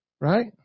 right